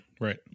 Right